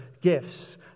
gifts